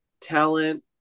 talent